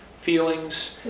feelings